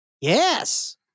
Yes